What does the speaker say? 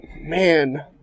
man